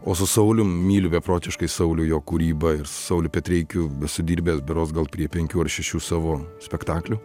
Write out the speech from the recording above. o su saulium myliu beprotiškai saulių jo kūrybą ir su sauliu petreikiu esu dirbęs berods gal prie penkių ar šešių savo spektaklių